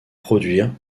produire